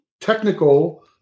technical